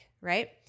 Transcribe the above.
right